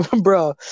bro